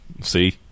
See